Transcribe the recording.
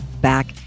back